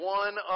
one